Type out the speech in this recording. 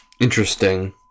interesting